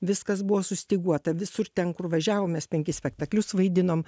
viskas buvo sustyguota visur ten kur važiavom mes penkis spektaklius vaidinom